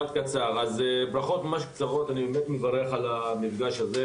אני מברך על המפגש הזה,